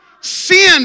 Sin